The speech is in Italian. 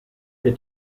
che